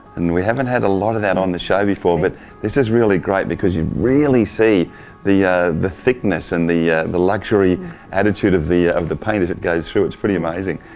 and we haven't had a lot of that on the show before, but this is really great because you really see the the thickness and the the luxury attitude of the of the paint as it goes through. it's pretty amazing.